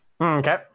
Okay